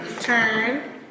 turn